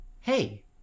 hey